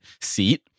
seat